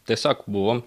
tiesiog buvom